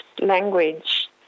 language